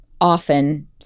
often